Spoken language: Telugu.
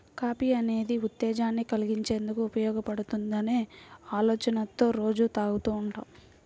కాఫీ అనేది ఉత్తేజాన్ని కల్గించేందుకు ఉపయోగపడుతుందనే ఆలోచనతో రోజూ తాగుతూ ఉంటాం